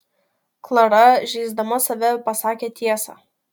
klara žeisdama save pasakė tiesą